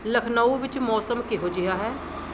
ਲਖਨਊ ਵਿੱਚ ਮੌਸਮ ਕਿਹੋ ਜਿਹਾ ਹੈ